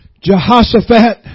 Jehoshaphat